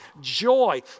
joy